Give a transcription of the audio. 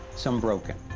some broken.